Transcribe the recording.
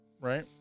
Right